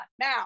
now